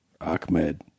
Ahmed